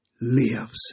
Lives